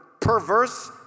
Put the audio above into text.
perverse